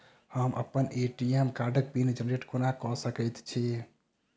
हम अप्पन ए.टी.एम कार्डक पिन जेनरेट कोना कऽ सकैत छी?